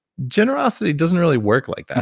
generosity doesn't really work like that.